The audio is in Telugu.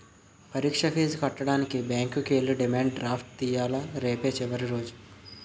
పరీక్ష ఫీజు కట్టడానికి బ్యాంకుకి ఎల్లి డిమాండ్ డ్రాఫ్ట్ తియ్యాల రేపే చివరి రోజు